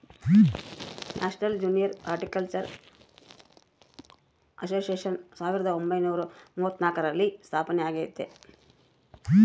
national junior horticultural association ಸಾವಿರದ ಒಂಬೈನುರ ಮೂವತ್ನಾಲ್ಕರಲ್ಲಿ ಸ್ಥಾಪನೆಯಾಗೆತೆ